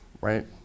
right